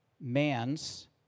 man's